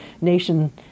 nation